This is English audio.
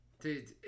dude